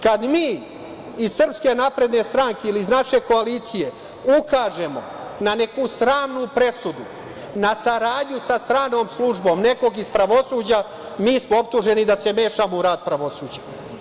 Kad mi iz SNS ili iz naše koalicije ukažemo na neku sramnu presudu, na saradnju sa stranom službom nekog iz pravosuđa, mi smo optuženi da se mešamo u rad pravosuđa.